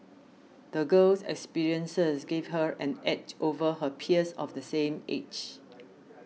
the girl's experiences gave her an edge over her peers of the same age